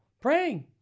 praying